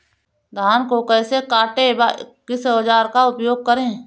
धान को कैसे काटे व किस औजार का उपयोग करें?